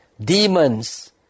demons